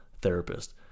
therapist